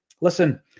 listen